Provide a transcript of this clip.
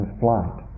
flight